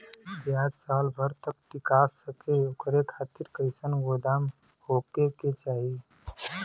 प्याज साल भर तक टीका सके ओकरे खातीर कइसन गोदाम होके के चाही?